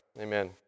Amen